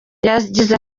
yagize